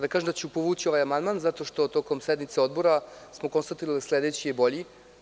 Da kažem da ću povući ovaj amandman, zato što smo tokom sednice Odbora konstatovali da je sledeći bolji.